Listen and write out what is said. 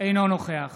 אינו נוכח